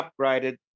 upgraded